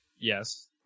Yes